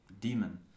demon